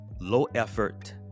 low-effort